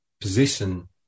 position